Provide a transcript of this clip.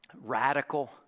radical